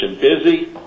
busy